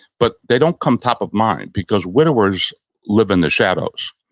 but they don't come top of mind because widowers live in the shadows.